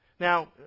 Now